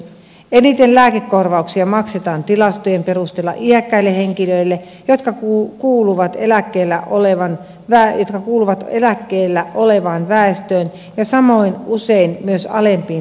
eniten lääkekorvauksia maksetaan tilastojen perusteella iäkkäille henkilöille jotka kuuluvat eläkkeellä olevaan väestöön ja samoin usein myös alempiin tuloluokkiin